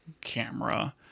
camera